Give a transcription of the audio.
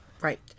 right